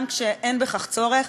גם כשאין בכך צורך.